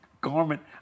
garment